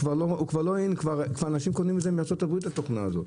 כבר אנשים קונים את זה מארצות הברית את התוכנה הזו.